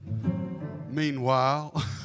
Meanwhile